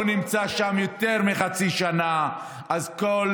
הוא נמצא שם יותר מחצי שנה, הכול